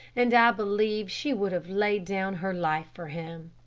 and i believe she would have laid down her life for him.